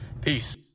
Peace